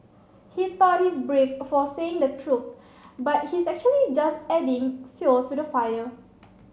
he thought he's brave for saying the truth but he's actually just adding fuel to the fire